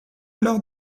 alors